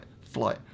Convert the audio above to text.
flight